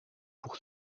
pour